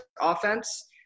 offense